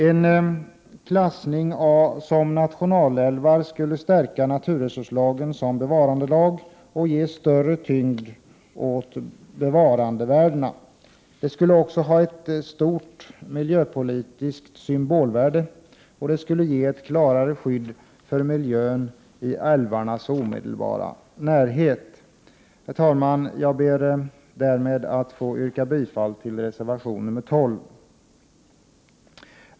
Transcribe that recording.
En klassning som nationalälvar skulle stärka naturresurslagen som bevarandelag och ge större tyngd åt bevarandevärdena. Det skulle också ha ett stort miljöpolitiskt symbolvärde och det skulle ge ett starkare skydd för miljön i älvarnas omedelbara närhet. Herr talman! Jag yrkar därmed bifall till reservation nr 12.